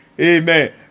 amen